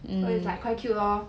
so is like quite cute lor